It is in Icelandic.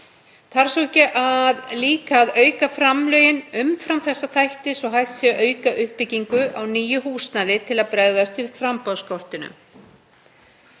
Þarf svo ekki líka að auka framlögin umfram þessa þætti svo hægt sé að auka uppbyggingu á nýju húsnæði til að bregðast við framboðsskortinum?